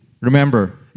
remember